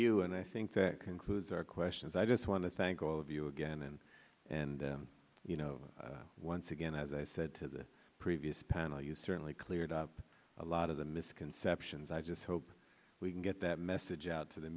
you and i think that concludes our questions i just want to thank all of you again and you know once again as i said to the previous panel you certainly cleared up a lot of the misconceptions i just hope we can get that message out to the